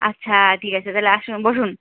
আচ্ছা ঠিক আছে তাহলে আসুন বসুন